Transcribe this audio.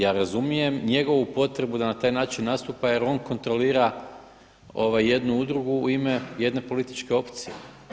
Ja razumijem njegovu potrebu da na taj način nastupa jer on kontrolira jednu udrugu u ime jedne političke opcije.